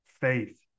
faith